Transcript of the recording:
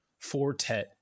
Fortet